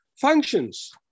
functions